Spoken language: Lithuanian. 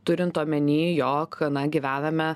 turint omeny jog na gyvename